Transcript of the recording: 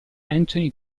anthony